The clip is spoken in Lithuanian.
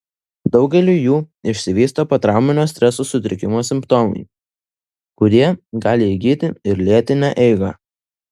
daugeliui jų išsivysto potrauminio streso sutrikimo simptomai kurie gali įgyti ir lėtinę eigą